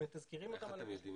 ומתזכרים אותם על התשלום.